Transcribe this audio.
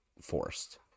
forced